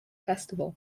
festival